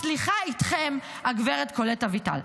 הסליחה איתכם, הגברת קולט אביטל.